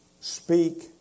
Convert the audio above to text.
speak